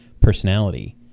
personality